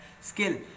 skill